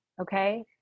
okay